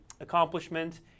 accomplishment